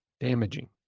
damaging